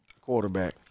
quarterback